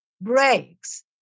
breaks